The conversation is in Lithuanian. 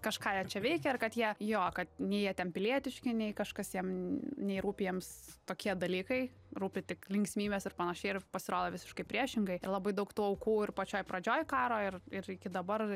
kažką jie čia veikia ir kad jie jo kad nei jie ten pilietiški nei kažkas jiem nei rūpi jiems tokie dalykai rūpi tik linksmybės ir panašiai ir pasirodo visiškai priešingai labai daug tų aukų ir pačioj pradžioj karo ir ir iki dabar